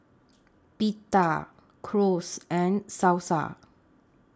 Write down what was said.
Pita Gyros and Salsa